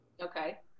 Okay